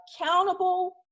accountable